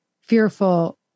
fearful